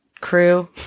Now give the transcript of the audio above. crew